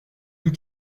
nous